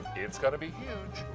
it's going to be huge.